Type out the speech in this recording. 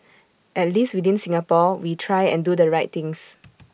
at least within Singapore we try and do the right things